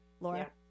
Laura